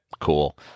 cool